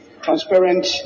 transparent